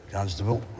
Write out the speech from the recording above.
Constable